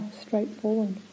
straightforward